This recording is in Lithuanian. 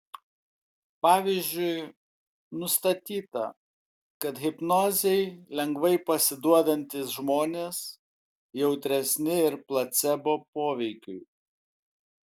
pavyzdžiui nustatyta kad hipnozei lengvai pasiduodantys žmonės jautresni ir placebo poveikiui